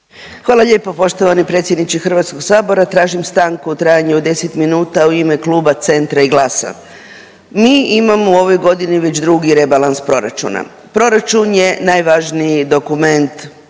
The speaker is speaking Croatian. Hvala lijepo poštovani predsjedniče HS-a, tražim stanku u trajanju od 10 minuta u ime Kluba Centra i GLAS-a. Mi imamo u ovoj godini već drugi rebalans proračuna. Proračun je najvažniiji dokument